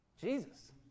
Jesus